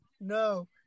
no